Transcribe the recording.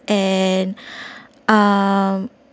and um